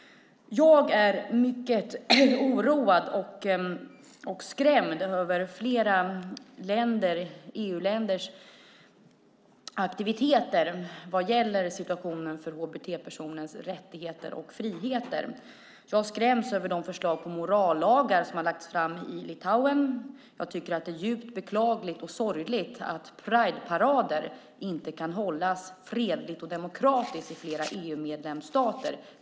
Jag är mycket oroad och skrämd av flera EU-länders aktiviteter vad gäller situationen för hbt-personers rättigheter och friheter. Jag skräms av de förslag till morallagar som har lagts fram i Litauen. Det är djupt beklagligt och sorgligt att Prideparader inte kan hållas fredligt och demokratiskt i flera av EU:s medlemsstater.